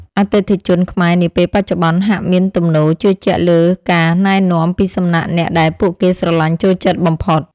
អតិថិជនខ្មែរនាពេលបច្ចុប្បន្នហាក់មានទំនោរជឿជាក់លើការណែនាំពីសំណាក់អ្នកដែលពួកគេស្រឡាញ់ចូលចិត្តបំផុត។